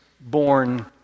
born